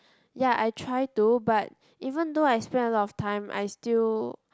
ya I try to but even though I spend a lot of time I still